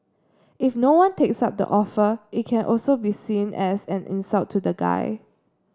if no one takes up the offer it can also be seen as an insult to the guy